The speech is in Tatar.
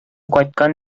кайткан